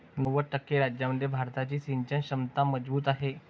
नव्वद टक्के राज्यांमध्ये भारताची सिंचन क्षमता मजबूत आहे